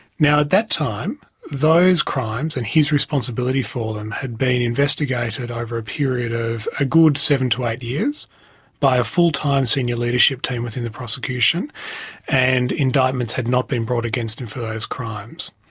now at that time, those crimes and his responsibility for them had been investigated over a period of a good seven to eight years by a full-time senior leadership team within the prosecution and indictments had not been brought against him for those crimes.